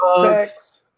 sex